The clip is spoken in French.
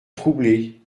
troublé